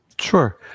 Sure